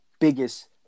biggest